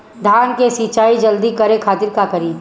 धान के सिंचाई जल्दी करे खातिर का करी?